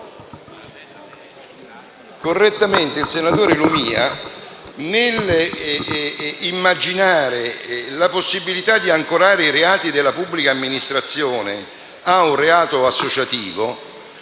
correttamente egli, nell'immaginare la possibilità di ancorare i reati della pubblica amministrazione a un reato associativo,